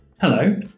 Hello